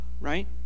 right